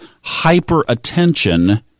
hyper-attention